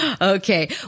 Okay